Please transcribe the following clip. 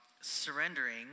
surrendering